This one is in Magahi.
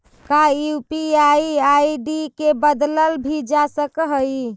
का यू.पी.आई आई.डी के बदलल भी जा सकऽ हई?